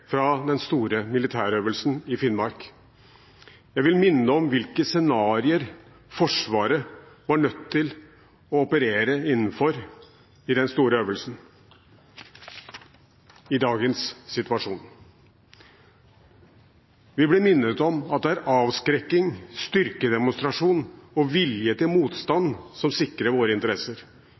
fra den store militærøvelsen i Finnmark. Jeg vil minne om hvilke scenarioer Forsvaret i dagens situasjon var nødt til å operere innenfor i den store øvelsen. Vi ble minnet om at det er avskrekking, styrkedemonstrasjon og vilje til motstand som sikrer våre interesser